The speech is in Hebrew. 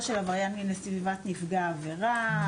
של עבריין מין לסביבת נפגע העבירה,